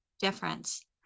difference